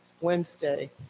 Wednesday